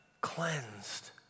cleansed